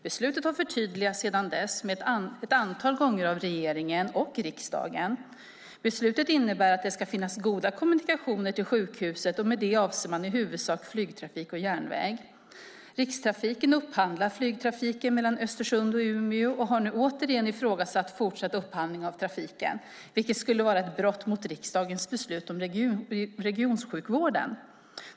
Beslutet har förtydligats sedan dess ett antal gånger av regeringen och riksdagen. Beslutet innebär att det ska finnas goda kommunikationer till sjukhuset, och med det avser man i huvudsak flygtrafik och järnväg. Rikstrafiken upphandlar flygtrafiken mellan Östersund och Umeå och har nu återigen ifrågasatt fortsatt upphandling av trafiken, vilket skulle vara ett brott mot riksdagens beslut om regionjukvården.